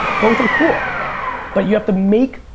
both are cool yeah but you have to make.